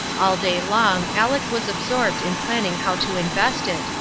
all day long aleck was absorbed in planning how to invest it,